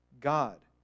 God